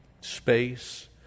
space